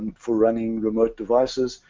for running remote devices,